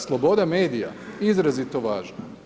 Sloboda medija, izrazito važna.